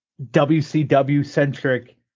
WCW-centric